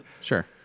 sure